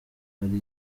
hari